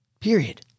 Period